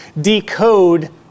decode